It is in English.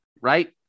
Right